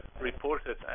reported